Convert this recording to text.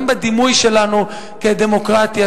גם בדימוי שלנו כדמוקרטיה,